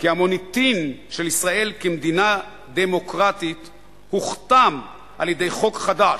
שהמוניטין של ישראל כמדינה דמוקרטית הוכתם על-ידי חוק חדש,